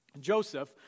Joseph